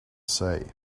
say